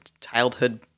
childhood